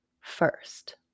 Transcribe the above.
first